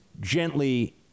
gently